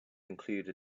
include